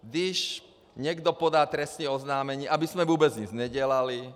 Když někdo podá trestní oznámení, abychom vůbec nic nedělali.